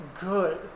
good